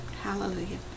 Hallelujah